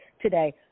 today